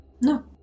No